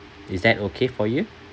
is that okay for you